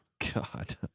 God